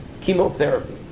Chemotherapy